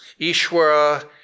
Ishwara